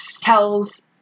tells